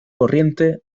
corriente